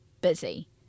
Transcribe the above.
busy